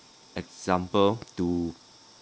example to